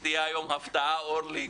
אני מקווה שתהיה הפתעה היום, אורלי,